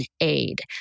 aid